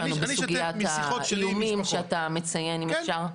בסוגיית האיומים שאתה מציין אם אפשר?